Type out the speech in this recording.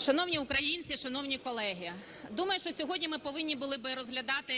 Шановні українці, шановні колеги! Думаю, що сьогодні ми повинні були би розглядати